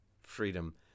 freedom